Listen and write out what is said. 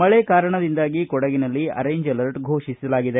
ಮಳೆ ಕಾರಣದಿಂದಾಗಿ ಕೊಡಗಿನಲ್ಲಿ ಆರೆಂಜ್ ಅಲರ್ಟ್ ಫೋಷಿಸಿದೆ